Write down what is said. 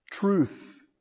Truth